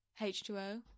H2O